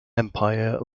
empire